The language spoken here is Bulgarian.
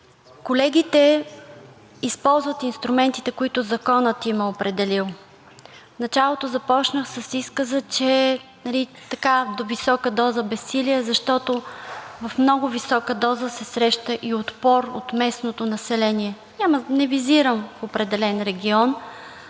Колегите използват инструментите, които Законът им е определил. В началото започнах с изказа, че до висока доза безсилие, защото в много висока доза се среща и отпор от местното население, не визирам определен регион,